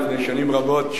לפני שנים רבות,